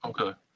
Okay